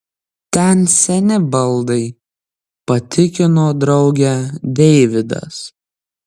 ten seni baldai patikino draugę deividas